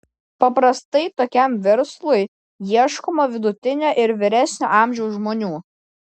paprastai tokiam verslui ieškoma vidutinio ir vyresnio amžiaus žmonių